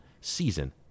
season